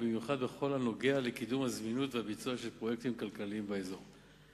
ובמיוחד בכל הנוגע לקידום הזמינות והביצוע של פרויקטים כלכליים באזור.